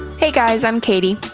hey guys, i'm katie.